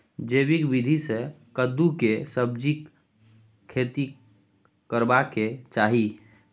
जैविक विधी से कद्दु के सब्जीक खेती करबाक चाही?